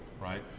Right